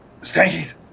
Stankies